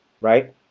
right